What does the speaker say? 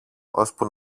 ώσπου